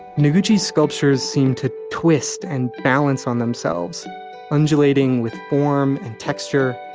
noguchi sculptures seem to twist and balance on themselves undulating with form and texture,